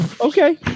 okay